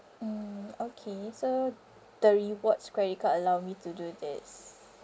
mm okay so the rewards credit card allow me to do this